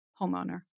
homeowner